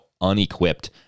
unequipped